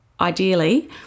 ideally